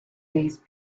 these